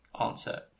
answer